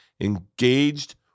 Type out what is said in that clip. engaged